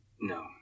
no